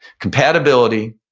compatibility,